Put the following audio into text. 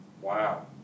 Wow